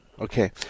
Okay